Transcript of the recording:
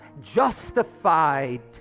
justified